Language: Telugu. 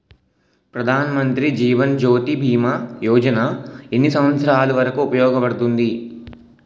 ప్రధాన్ మంత్రి జీవన్ జ్యోతి భీమా యోజన ఎన్ని సంవత్సారాలు వరకు ఉపయోగపడుతుంది?